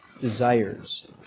desires